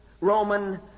Roman